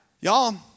Y'all